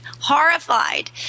horrified